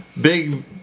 big